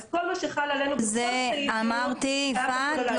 אז כל מה שחל עלינו --- אמרתי כבר יפעת,